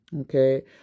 okay